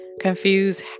confused